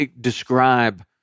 describe